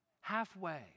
halfway